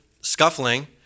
scuffling